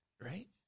Right